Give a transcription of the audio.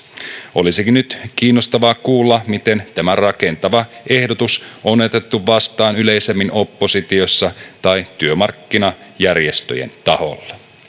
olisikin nyt kiinnostavaa kuulla miten tämä rakentava ehdotus on otettu vastaan yleisemmin oppositiossa tai työmarkkinajärjestöjen taholla